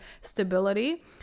stability